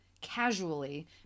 casually